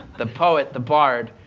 the poet, the bard,